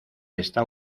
está